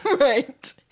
Right